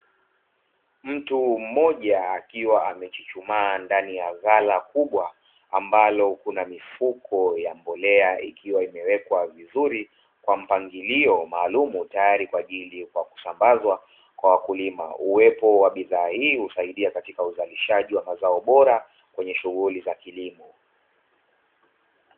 Mtu mmoja akiwa amechuchumaa ndani ya ghala kubwa, ambalo kuna mifuko ya mbolea ikiwa imewekwa vizuri kwa mpangilio maalumu tayari kwa ajili ya kusambazwa kwa wakulima, uwepo wa bidhaa hii husaidia katika uzalishaji wa bidhaa bora kwenye shughuli za kilimo